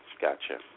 gotcha